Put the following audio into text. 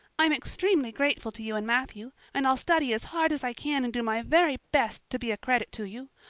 i'm extremely grateful to you and matthew. and i'll study as hard as i can and do my very best to be a credit to you.